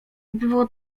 było